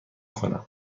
کنم